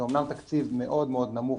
זה אמנם תקציב מאוד נמוך